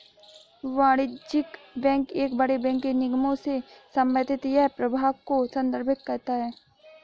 वाणिज्यिक बैंक एक बड़े बैंक के निगमों से संबंधित है एक प्रभाग को संदर्भित करता है